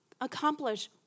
accomplish